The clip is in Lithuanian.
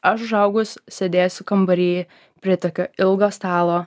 aš užaugus sėdėsiu kambary prie tokio ilgo stalo